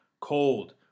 cold